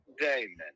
Damon